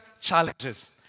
challenges